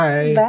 Bye